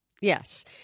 yes